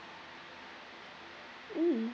mm